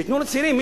וייתנו לצעירים?